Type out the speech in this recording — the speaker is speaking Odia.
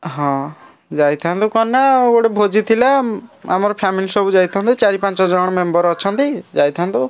ହଁ ଯାଇଥାନ୍ତୁ କ'ଣ ନା ଗୋଟିଏ ଭୋଜି ଥିଲା ଆମର ଫ୍ୟାମିଲି ସବୁ ଯାଇଥାନ୍ତୁ ଚାରି ପାଞ୍ଚ ଜଣ ମେମ୍ବର୍ ଅଛନ୍ତି ଯାଇଥାନ୍ତୁ